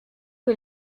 que